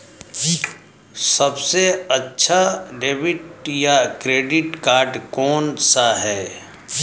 सबसे अच्छा डेबिट या क्रेडिट कार्ड कौन सा है?